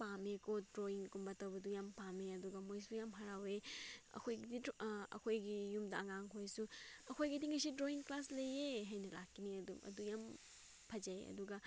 ꯄꯥꯝꯃꯦꯀꯣ ꯗ꯭ꯔꯣꯋꯤꯡꯒꯨꯝꯕ ꯇꯧꯕꯗꯨ ꯌꯥꯝ ꯄꯥꯝꯃꯦ ꯑꯗꯨꯒ ꯃꯣꯏꯁꯨ ꯌꯥꯝ ꯍꯥꯔꯥꯎꯋꯦ ꯑꯩꯍꯣꯏꯒꯤꯗꯤ ꯑꯩꯈꯣꯏꯒꯤ ꯌꯨꯝꯗ ꯑꯉꯥꯡꯈꯣꯏꯁꯨ ꯑꯩꯈꯣꯏꯒꯤꯗꯤ ꯉꯁꯤ ꯗ꯭ꯔꯣꯋꯤꯡ ꯀ꯭ꯂꯥꯁ ꯂꯩꯌꯦ ꯍꯥꯏꯅ ꯂꯥꯛꯀꯅꯤ ꯑꯗꯨ ꯑꯗꯨ ꯌꯥꯝ ꯐꯖꯩ ꯑꯗꯨꯒ